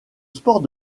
sport